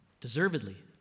deservedly